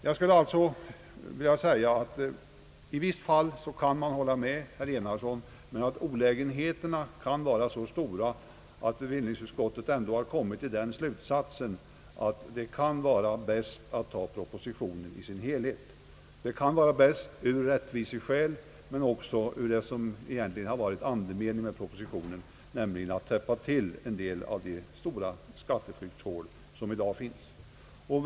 Jag skulle alltså vilja säga, att man i vissa fall kan hålla med herr Enarsson, men att olägenheterna kan vara så stora att bevillningsutskottet ändå kommit till slutsatsen att det är bäst att ta propositionen i sin helhet. Det är bäst ur rättvisesynpunkt, men rimmar också med andemeningen i propositionen, nämligen att täppa till en del av de stora kryphål som finns i dag.